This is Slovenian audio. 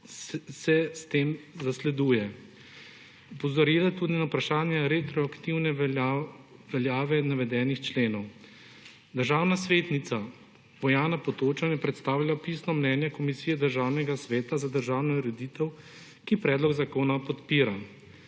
se s tem zasleduje. Opozorila je tudi na vprašanje retroaktivne veljave navedenih členov. Državna svetnica Bojana Potočar je predstavila pisno mnenje Komisije Državnega sveta za državno ureditev, ki predlog zakona podpira.